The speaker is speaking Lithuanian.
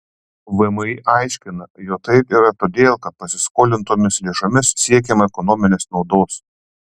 vmi aiškina jog taip yra todėl kad pasiskolintomis lėšomis siekiama ekonominės naudos